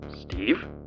Steve